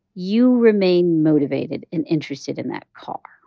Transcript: you remain motivated and interested in that car.